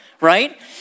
right